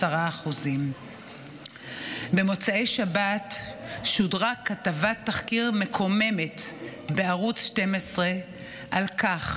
10%. במוצאי שבת שודרה כתבת תחקיר מקוממת בערוץ 12 על כך